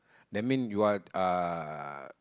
that mean you are uh